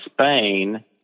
Spain